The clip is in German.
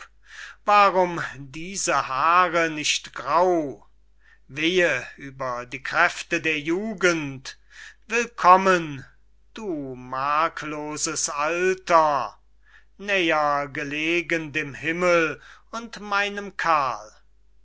warum diese haare nicht grau wehe über die kräfte der jugend willkommen du markloses alter näher gelegen dem himmel und meinem karl